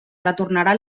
retornarà